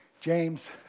James